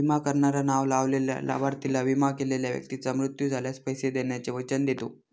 विमा करणारा नाव लावलेल्या लाभार्थीला, विमा केलेल्या व्यक्तीचा मृत्यू झाल्यास, पैसे देण्याचे वचन देतो